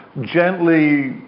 gently